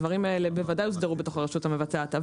הדברים האלה בוודאי יוגדרו ברשות המבצעת.